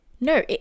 no